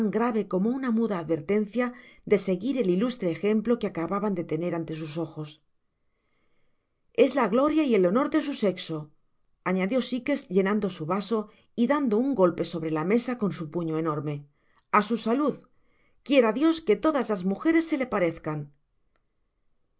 grave como una muda advertencia de seguir el ilustre ejemplo que acababan de tener ante sus ojos es la gloria y el honor de su seseo añadió sikefc llenan do su vaso y dando un golpe sobre la mesa con su puño e norme a su salud quiera dios que todas las mugeres se le parezcan